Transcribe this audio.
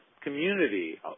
Community